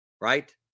right